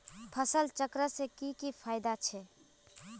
फसल चक्र से की की फायदा छे?